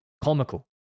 comical